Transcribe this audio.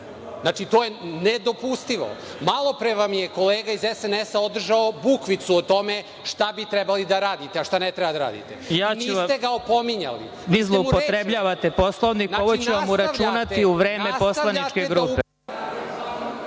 reč, to je nedopustivo. Malopre vam je kolega iz SNS održao bukvicu o tome šta bi trebali da radite, a šta ne treba da radite, niste ga opominjali. **Vladimir Marinković** Vi zloupotrebljavate Poslovnik. Ovo ću vam uračunati u vreme poslaničke grupe. Reč